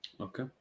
Okay